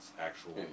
actual